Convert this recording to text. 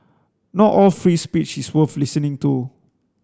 not all free speech is worth listening to